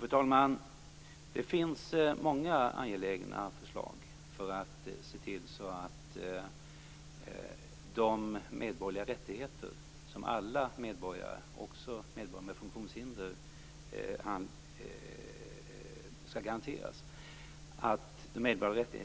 Fru talman! Det finns många angelägna förslag för att se till att de medborgerliga rättigheter som alla medborgare, också medborgare med funktionshinder, skall garanteras